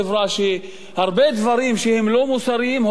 שהרבה דברים שהם לא מוסריים הופכים להיות